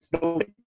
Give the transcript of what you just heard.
building